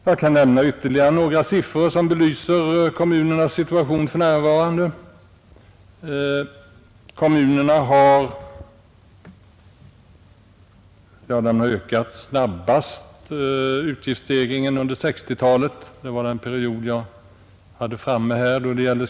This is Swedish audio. Jag kan nämna ytterligare några siffror som belyser kommunernas situation för närvarande. Den kommunala utgiftsstegringen har varit snabbast under 1960-talet, som var den period jag berörde i skattesam manhang.